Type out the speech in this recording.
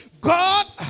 God